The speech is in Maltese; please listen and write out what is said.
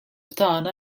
tagħna